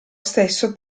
stesso